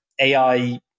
AI